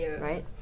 Right